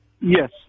Yes